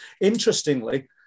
interestingly